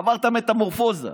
עברת מטמורפוזה.